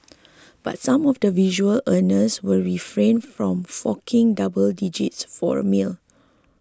but some of the visual earners will refrain from forking double digits for the meal